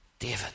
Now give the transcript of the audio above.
David